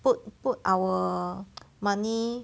put put our money